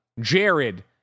Jared